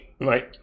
Right